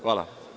Hvala.